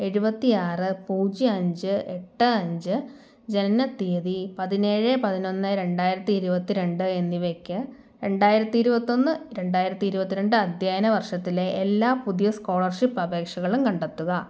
ഏഴുപത്തി ആറ് പൂജ്യം അഞ്ച് എട്ട് അഞ്ച് ജനന തീയതി പതിനേഴ് പതിനൊന്ന് രണ്ടായിരത്തി ഇരുപത്തി രണ്ട് എന്നിവയ്ക്ക് രണ്ടായിരത്തി ഇരുപത്തി ഒന്ന് രണ്ടായിരത്തി ഇരുപത്തി രണ്ട് അധ്യയന വർഷത്തിലെ എല്ലാ പുതിയ സ്കോളർഷിപ്പ് അപേക്ഷകളും കണ്ടെത്തുക